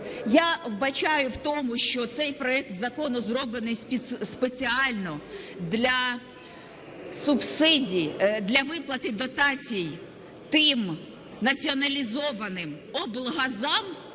Я вбачаю в тому, що цей проект закону зроблений спеціально для субсидій, для виплати дотацій тим націоналізованим облгазам.